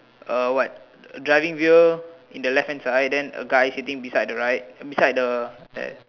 uh what driving wheel in the left hand side and a guy sitting beside the right beside the there